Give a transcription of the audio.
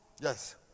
Yes